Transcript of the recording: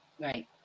Right